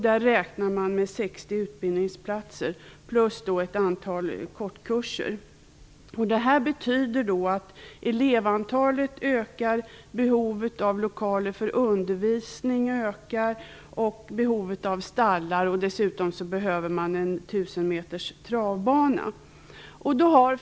Där räknar man med 60 utbildningsplatser plus ett antal kortkurser. Det här betyder att elevantalet ökar, behovet av lokaler för undervisning ökar och behovet av stallar ökar. Dessutom behöver man en tusenmeters travbana.